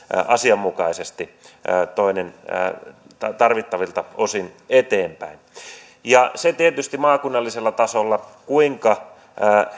asianmukaisesti tarvittavilta osin eteenpäin se on tietysti maakunnallisella tasolla kuinka